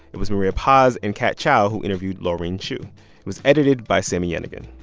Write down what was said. it was maria paz and kat chow who interviewed laureen chew. it was edited by sami yenigun.